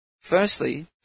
firstly